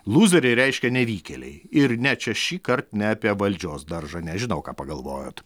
lūzeriai reiškia nevykėliai ir ne čia šįkart ne apie valdžios daržą nežinau ką pagalvojot